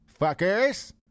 Fuckers